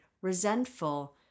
resentful